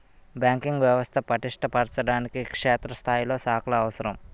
banking వ్యవస్థ పటిష్ట పరచడానికి క్షేత్రస్థాయిలో శాఖలు అవసరం